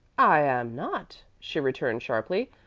i am not, she returned, sharply.